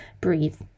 breathe